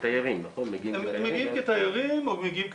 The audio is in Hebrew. מגיעים כתיירים, נכון?